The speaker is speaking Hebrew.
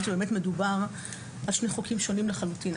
שבאמת מדובר על שני חוקים שונים לחלוטין.